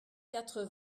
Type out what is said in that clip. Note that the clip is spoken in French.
quatre